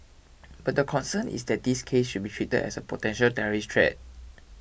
but the concern is that these cases should be treated as a potential terrorist threat